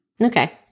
Okay